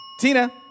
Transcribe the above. Tina